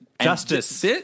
Justice